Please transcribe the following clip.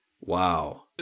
Wow